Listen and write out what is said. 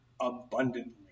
abundantly